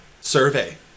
survey